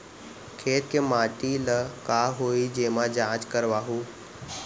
खेत के माटी ल का होही तेमा जाँच करवाहूँ?